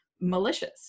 malicious